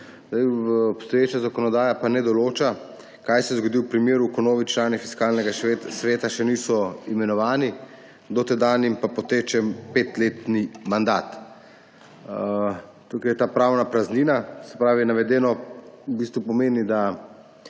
Obstoječa zakonodaja pa ne določa, kaj se zgodi v primeru, ko novi člani Fiskalnega sveta še niso imenovani, dotedanjim pa poteče petletni mandat. Tukaj je ta pravna praznina. Se pravi, navedeno pomeni, da